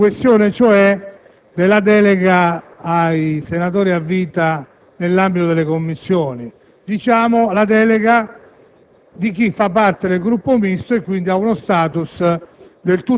la questione cioè della delega dei senatori a vita nell'ambito delle Commissioni, ovvero della delega di chi fa parte del Gruppo Misto e quindi ha uno*status*